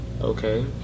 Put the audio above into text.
Okay